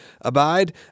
abide